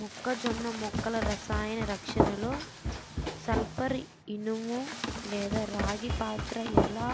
మొక్కజొన్న మొక్కల రసాయన రక్షణలో సల్పర్, ఇనుము లేదా రాగి పాత్ర ఎలా